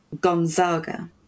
Gonzaga